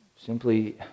Simply